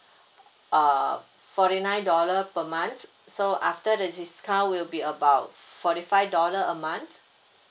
uh forty nine dollar per month so after the discount will be about forty five dollar a month